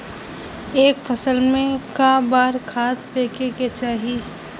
एक फसल में क बार खाद फेके के चाही?